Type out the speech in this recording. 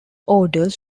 orders